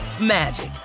magic